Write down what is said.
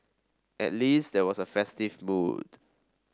at least there was a festive mood